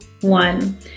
one